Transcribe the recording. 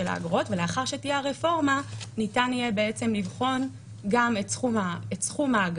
האגרות ולאחר שתהיה הרפורמה ניתן יהיה לבחון גם את סכום האגרה,